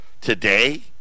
today